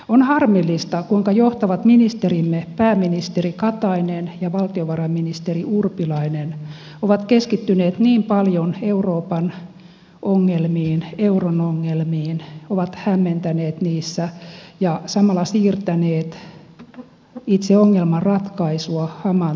on harmillista kuinka johtavat ministerimme pääministeri katainen ja valtiovarainministeri urpilainen ovat keskittyneet niin paljon euroopan ongelmiin euron ongelmiin ovat hämmentäneet niissä ja samalla siirtäneet itse ongelman ratkaisua hamaan tulevaisuuteen